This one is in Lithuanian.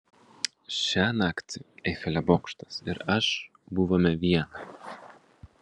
šią naktį eifelio bokštas ir aš buvome viena